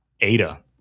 ADA